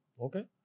okay